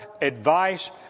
advice